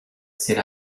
c’est